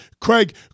Craig